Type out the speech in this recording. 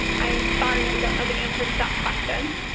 i am sorry, i don't know the answer to that question.